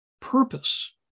purpose